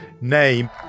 name